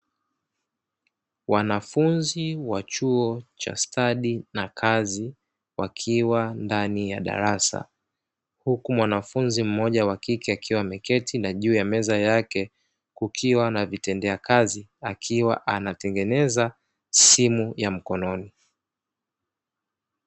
Wanafunzi wa chuo cha stadi na kazi wakiwa ndani ya darasa. Huku mwanafunzi mmoja wa kike akiwa ameketi na juu ya meza yake kukiwa na vitendea kazi, akiwa anatengeneza simu ya mkononi.